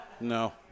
No